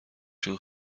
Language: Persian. شون